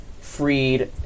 freed